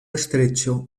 estrecho